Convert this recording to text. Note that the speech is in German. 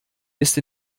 ist